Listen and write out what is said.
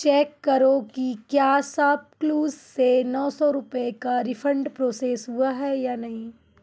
check करो की क्या शॉपक्लूज़ से नौ सौ रुपये का रिफ़ंड प्रोसेस हुआ है या नहीं